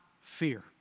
fear